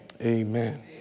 amen